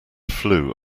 flew